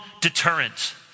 deterrent